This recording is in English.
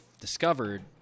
discovered